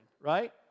right